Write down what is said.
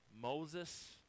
Moses